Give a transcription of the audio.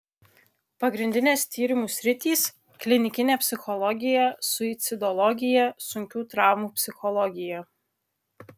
pagrindinės tyrimų sritys klinikinė psichologija suicidologija sunkių traumų psichologija